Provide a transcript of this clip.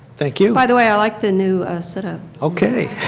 thank you. by the way, i like the new set up. okay.